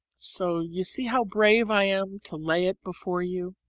so you see how brave i am to lay it before you.